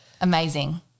Amazing